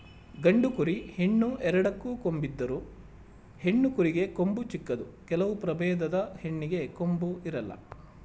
ಗಂಡು ಕುರಿ, ಹೆಣ್ಣು ಎರಡಕ್ಕೂ ಕೊಂಬಿದ್ದರು, ಹೆಣ್ಣು ಕುರಿಗೆ ಕೊಂಬು ಚಿಕ್ಕದು ಕೆಲವು ಪ್ರಭೇದದ ಹೆಣ್ಣಿಗೆ ಕೊಂಬು ಇರಲ್ಲ